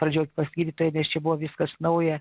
pradžioj pas gydytoją nes čia buvo viskas nauja